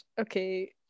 okay